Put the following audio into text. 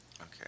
Okay